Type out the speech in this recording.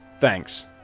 Thanks